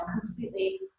completely